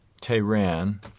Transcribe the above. Tehran